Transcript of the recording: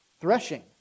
threshing